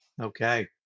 Okay